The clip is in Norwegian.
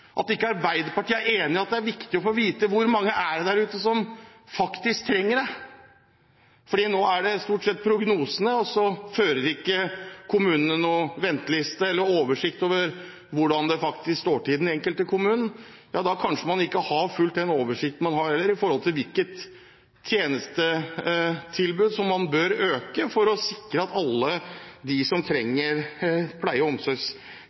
at ikke Arbeiderpartiet er enig i at det er viktig å få vite hvor mange det er der ute som faktisk trenger det, for nå er det stort sett prognoser, og så fører ikke den enkelte kommune noen venteliste eller oversikt over hvordan det faktisk står til. Da har man kanskje ikke fullt ut oversikten over hvilke tjenestetilbud man bør øke for å sikre at alle de som trenger pleie- og